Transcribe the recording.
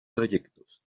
trayectos